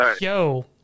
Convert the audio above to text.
yo